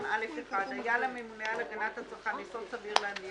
"(א) (1) היה לממונה על הגנת הצרכן יסוד סביר להניח